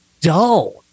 dull